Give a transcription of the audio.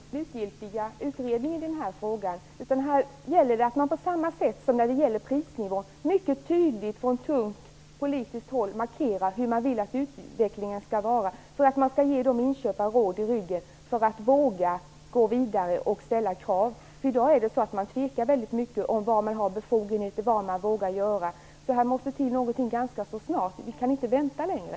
Herr talman! Jag tror inte att man kan vänta på den slutgiltiga utredningen i denna fråga. Här gäller det att man, på samma sätt som i fråga om prisnivån, mycket tydligt från tungt politiskt håll markerar hur man vill att utvecklingen skall vara. Det handlar om att ge inköparna råg i ryggen så att de vågar gå vidare och ställa krav. I dag tvekar man väldigt mycket om vilka befogenheter man har, och om vad man vågar göra. Det måste till någonting ganska snart, vi kan inte vänta längre.